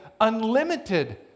unlimited